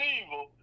evil